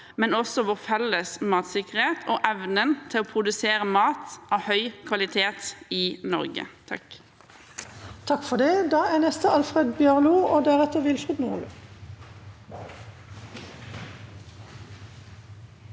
men også vår felles matsikkerhet og evnen til å produsere mat av høy kvalitet i Norge.